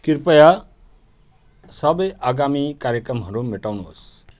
कृपया सबै आगामी कार्यक्रमहरू मेटाउनुहोस्